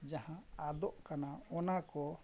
ᱡᱟᱦᱟᱸ ᱟᱫᱚᱜ ᱠᱟᱱᱟ ᱚᱱᱟ ᱠᱚ